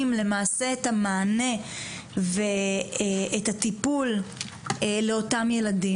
למעשה את המענה ואת הטיפול לאותם ילדים,